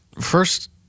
First